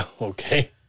Okay